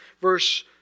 verse